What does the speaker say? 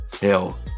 Hell